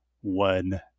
one